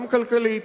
גם כלכלית,